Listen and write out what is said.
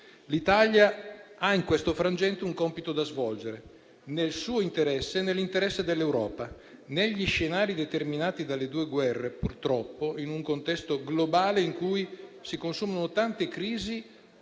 L'Italia ha, in questo frangente, un compito da svolgere, nel suo interesse, nell'interesse dell'Europa. Negli scenari determinati dalle due guerre, purtroppo, in un contesto globale in cui si consumano tante crisi,